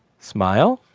smile.